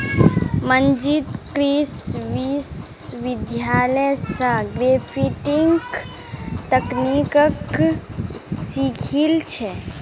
मंजीत कृषि विश्वविद्यालय स ग्राफ्टिंग तकनीकक सीखिल छ